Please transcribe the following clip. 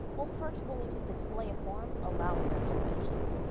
well first, we'll need to display a form allowing them to register,